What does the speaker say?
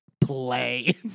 Play